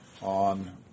on